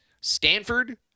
Stanford